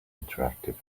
interactive